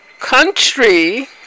country